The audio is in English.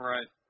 Right